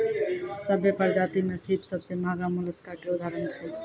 सभ्भे परजाति में सिप सबसें महगा मोलसका के उदाहरण छै